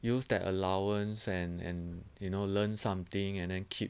use that allowance and and you know learn something and then keep